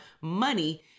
money